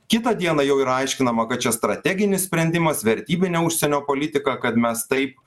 kitą dieną jau yra aiškinama kad čia strateginis sprendimas vertybinė užsienio politika kad mes taip